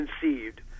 conceived